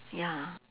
ya